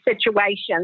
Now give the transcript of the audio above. situations